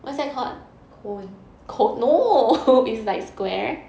cone